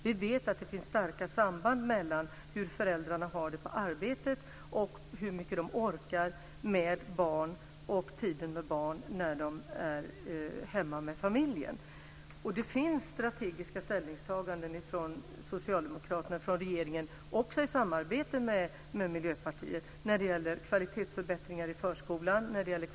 Vi vet att det finns starka samband mellan hur föräldrarna har det på arbetet och i vilken omfattning de orkar med barnen när de är hemma med familjen. Det finns strategiska ställningstaganden från Socialdemokraterna och från regeringen - också i samarbetet med Miljöpartiet - när det gäller kvalitetsförbättringar i förskolan och skolan.